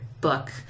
book